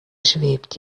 schwebt